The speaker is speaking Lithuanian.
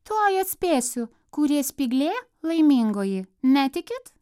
tuoj atspėsiu kurie spyglė laimingoji netikit